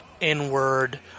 inward